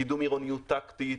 קידום עירוניות טקטית,